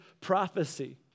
prophecy